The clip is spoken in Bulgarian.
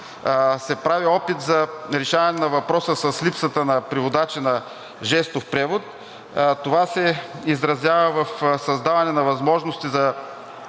се прави опит за решаване на въпроса с липсата на преводачи на жестов превод. Това се изразява в създаване на възможности за